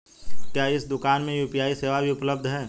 क्या इस दूकान में यू.पी.आई सेवा भी उपलब्ध है?